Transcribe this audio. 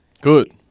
Good